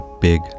big